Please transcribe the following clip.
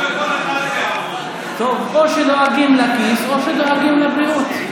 או שדואגים לכיס או שדואגים לבריאות.